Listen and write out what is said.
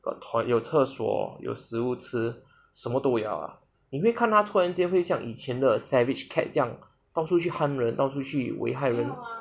有厕所有食物吃什么都有啦你会看他突然间像以前的 savage cat 这样到处去 hunt 人到处去危害人